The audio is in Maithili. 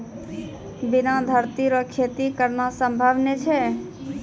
बिना धरती रो खेती करना संभव नै छै